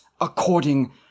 according